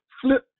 Flip